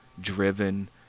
driven